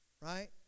right